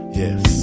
yes